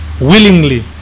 willingly